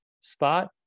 spot